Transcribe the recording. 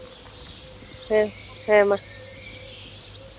ᱦᱮᱸ ᱦᱮᱢᱟ